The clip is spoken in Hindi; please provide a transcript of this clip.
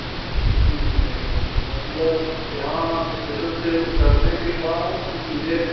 सिटी में है मतलब यहाँ हमें स्टेशन से उतरने के बाद फिर सीधे